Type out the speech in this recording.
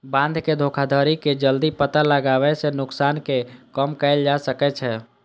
बंधक धोखाधड़ी के जल्दी पता लगाबै सं नुकसान कें कम कैल जा सकै छै